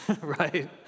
right